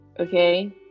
Okay